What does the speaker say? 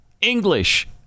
English